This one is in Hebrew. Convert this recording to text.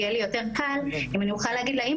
יהיה לי יותר קל אם אני אוכל להגיד לה שאם